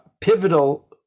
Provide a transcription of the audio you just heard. pivotal